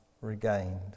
regained